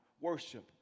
worship